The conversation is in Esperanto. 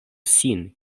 sin